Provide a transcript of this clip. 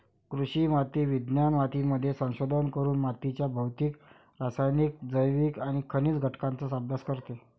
कृषी माती विज्ञान मातीमध्ये संशोधन करून मातीच्या भौतिक, रासायनिक, जैविक आणि खनिज संघटनाचा अभ्यास करते